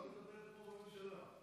התחלת לדבר כמו בממשלה.